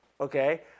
okay